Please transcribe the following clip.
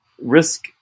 risk